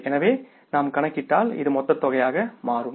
எனவே நாம் கணக்கிட்டால் இது மொத்த தொகையாக மாறும்